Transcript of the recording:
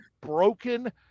broken